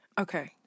Okay